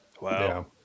wow